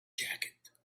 jacket